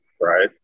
right